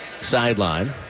sideline